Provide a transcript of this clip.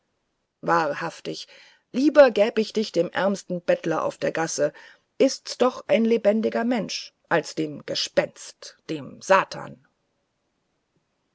wahrhaftig lieber gäb ich dich dem ärmsten bettler auf der gasse ist's doch ein lebendiger mensch als dem gespenst dem satan